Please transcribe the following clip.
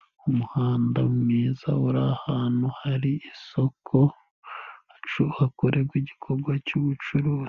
Umuhanda mwiza uri ahantu hari isoko hakorerwa igikorwa cy'ubucuruzi.